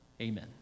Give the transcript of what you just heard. Amen